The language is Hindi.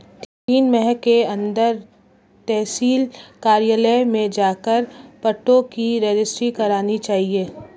तीन माह के अंदर तहसील कार्यालय में जाकर पट्टों की रजिस्ट्री करानी चाहिए